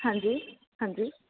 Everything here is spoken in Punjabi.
ਹਾਂਜੀ ਹਾਂਜੀ